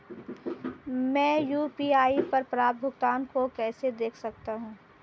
मैं यू.पी.आई पर प्राप्त भुगतान को कैसे देख सकता हूं?